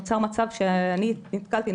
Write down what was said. נוצר מצב שאני נתקלתי בו,